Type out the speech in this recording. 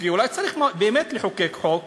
כי אולי צריך באמת לחוקק חוק